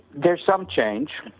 there is some change,